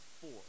four